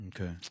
Okay